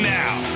now